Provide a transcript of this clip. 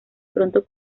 pronto